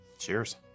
Cheers